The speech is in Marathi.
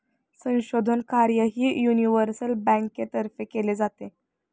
संशोधन कार्यही युनिव्हर्सल बँकेतर्फे केले जाते